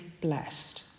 blessed